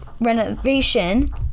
renovation